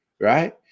right